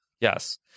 Yes